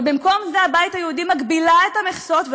אבל במקום זה הבית היהודי מגבילה את המכסות,